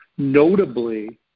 Notably